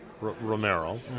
Romero